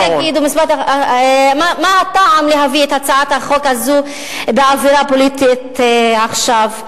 ואז יגידו: מה הטעם להביא את הצעת החוק הזאת באווירה הפוליטית עכשיו?